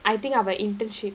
I think our internship